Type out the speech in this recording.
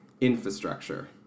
infrastructure